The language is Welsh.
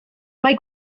mae